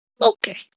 Okay